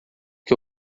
que